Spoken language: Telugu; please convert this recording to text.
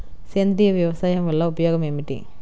సేంద్రీయ వ్యవసాయం వల్ల ఉపయోగం ఏమిటి?